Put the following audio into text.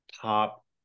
top